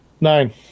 Nine